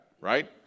right